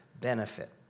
benefit